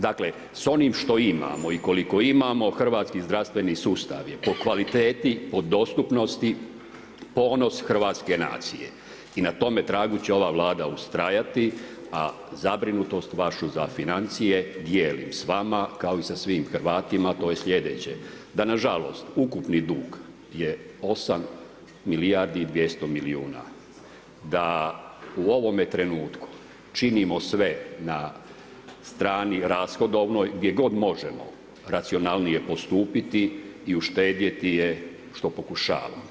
Dakle, s onim što imamo i koliko imamo hrvatski zdravstveni sustav je po kvaliteti, po dostupnosti ponos hrvatske nacije i na tome tragu će ova Vlada ustrajati, a zabrinutost vašu za financije dijelim s vama kao i sa svim Hrvatima to je sljedeće, da na žalost ukupni dug je 8 milijardi i 200 milijuna, da u ovome trenutku činimo sve na strani rashodovnoj gdje god možemo racionalnije postupiti i uštedjeti je što pokušavamo.